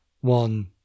one